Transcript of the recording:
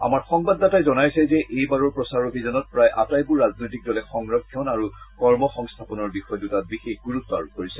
আমাৰ সংবাদদাতাই জনাইছে যে এইবাৰৰ প্ৰচাৰ অভিযানত প্ৰায় আটাইবোৰ ৰাজনৈতিক দলে সংৰক্ষণ আৰু কৰ্মসংস্থাপনৰ বিষয় দূটাত বিশেষ গুৰুত্ আৰোপ কৰিছে